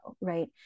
right